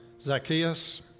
Zacchaeus